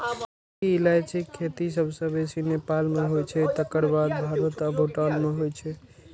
बड़की इलायचीक खेती सबसं बेसी नेपाल मे होइ छै, तकर बाद भारत आ भूटान मे होइ छै